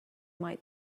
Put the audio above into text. might